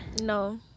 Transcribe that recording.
No